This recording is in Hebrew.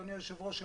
אדוני היושב-ראש,